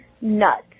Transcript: nuts